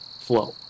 flow